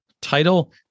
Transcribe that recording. title